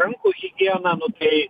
rankų higieną nu tai